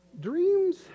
Dreams